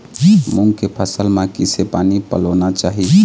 मूंग के फसल म किसे पानी पलोना चाही?